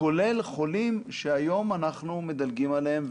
כולל חולים שהיום אנחנו מדלגים עליהם,